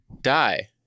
die